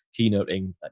keynoting